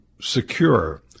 secure